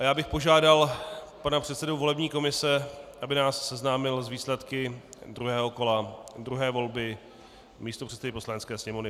Já bych požádal pana předsedu volební komise, aby nás seznámil s výsledky druhého kola druhé volby místopředsedy Poslanecké sněmovny.